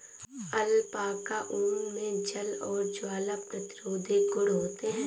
alpaca ऊन मे जल और ज्वाला प्रतिरोधी गुण होते है